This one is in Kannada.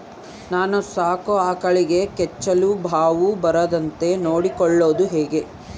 ನಾನು ಸಾಕೋ ಆಕಳಿಗೆ ಕೆಚ್ಚಲುಬಾವು ಬರದಂತೆ ನೊಡ್ಕೊಳೋದು ಹೇಗೆ?